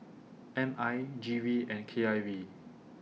M I G V and K I V